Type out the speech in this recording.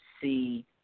see